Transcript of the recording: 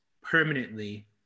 permanently